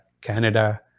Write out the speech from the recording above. Canada